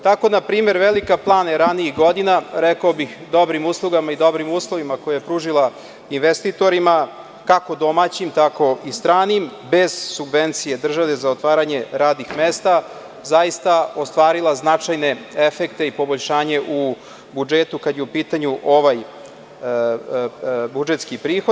Tako je, na primer, Velika Plana ranijih godina, rekao bih dobrim uslugama i dobrim uslovima koje je pružila investitorima, kako domaćim, tako i stranim, bez subvencije države za otvaranje radnih mesta, zaista ostvarila značajne efekte i poboljšanje u budžetu kada je u pitanju ovaj budžetski prihod.